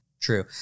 True